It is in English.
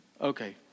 Okay